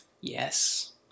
Yes